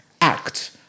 act